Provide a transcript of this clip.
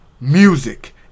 music